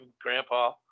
grandpa